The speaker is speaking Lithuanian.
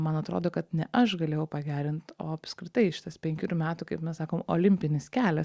man atrodo kad ne aš galėjau pagerint o apskritai šitas penkerių metų kaip mes sakom olimpinis kelias